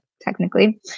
technically